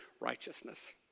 righteousness